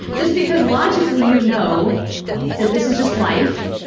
just because logically you know that this is just life,